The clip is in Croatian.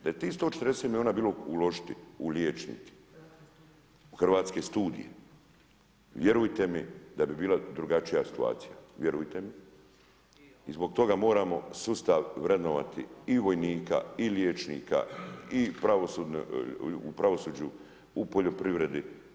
Da je tih 140 milijuna bilo uložiti u liječnike, u Hrvatske studije, vjerujte mi da bi bila drugačija situacija, vjerujte mi i zbog toga moramo sustavno vrednovati i vojnika i liječnika i u pravosuđu, u poljoprivredi.